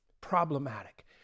problematic